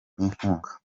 n’inkunga